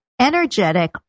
energetic